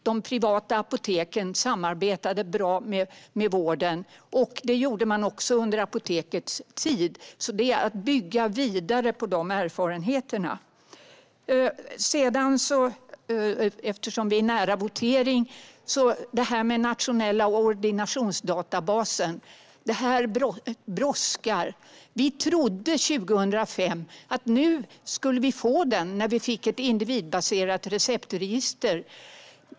De privata apoteken samarbetar bra med vården, och det gjorde man också under apotekets tid. Det är erfarenheter att bygga vidare på. Den nationella ordinationsdatabasen brådskar. Vi trodde 2005 att vi skulle få den när vi fick ett individbaserat receptregister.